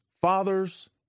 fathers